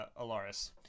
Alaris